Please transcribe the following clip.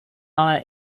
ale